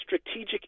strategic